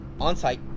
On-site